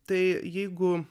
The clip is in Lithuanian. tai jeigu